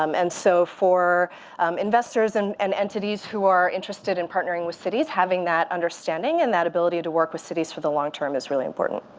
um and so for investors and and entities who are interested in partnering with cities, having that understanding and that ability to work with cities for the long term is really important.